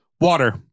Water